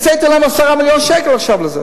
הקציתי להם 10 מיליון שקל עכשיו לזה,